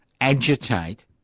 agitate